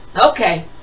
Okay